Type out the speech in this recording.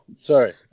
sorry